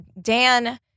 Dan